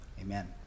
Amen